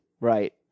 Right